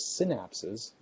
synapses